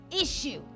issue